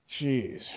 Jeez